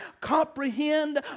comprehend